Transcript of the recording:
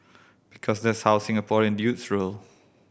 because that's how Singaporean dudes roll